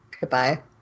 Goodbye